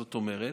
זאת אומרת,